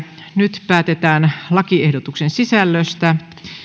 nyt päätetään lakiehdotuksen sisällöstä